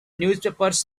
newspapers